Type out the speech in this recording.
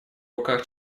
руках